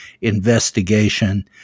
investigation